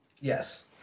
Yes